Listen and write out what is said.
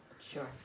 Sure